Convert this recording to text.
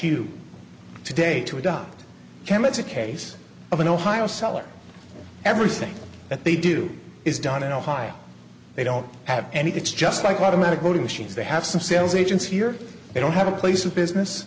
you today to adopt cam it's a case of an ohio seller everything that they do is done in ohio they don't have any it's just like automatic voting machines they have some sales agents here they don't have a place of business